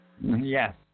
Yes